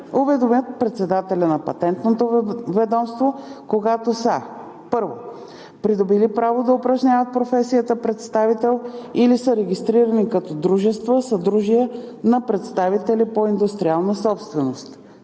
уведомят председателя на Патентното ведомство, когато са: 1. придобили право да упражняват професията представител или са регистрирани като дружества/съдружия на представители по индустриална собственост;